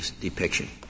depiction